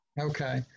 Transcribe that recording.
Okay